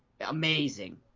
Amazing